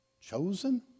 Chosen